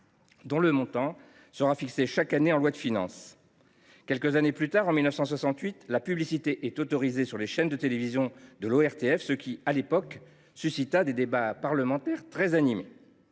au montant fixé chaque année en loi de finances. Quelques années plus tard, en 1968 la publicité est autorisée sur les chaînes de télévision de l’ORTF, ce qui suscita à l’époque des débats parlementaires très animés.